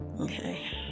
Okay